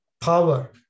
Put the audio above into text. power